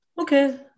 Okay